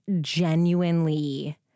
genuinely